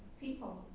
people